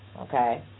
okay